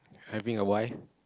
having a why